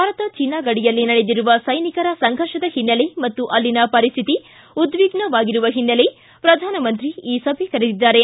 Bharat China ಗಡಿಯಲ್ಲಿ ನಡೆದಿರುವ ಸೈನಿಕರ ಸಂಘರ್ಷದ ಹಿನ್ನೆಲೆ ಮತ್ತು ಅಲ್ಲಿನ ಪರಿಸ್ಟಿತಿ ಉದ್ವಿಗ್ನವಾಗಿರುವ ಹಿನ್ನೆಲೆ ಪ್ರಧಾನಮಂತ್ರಿ ಈ ಸಭೆ ಕರೆದಿದ್ದಾರೆ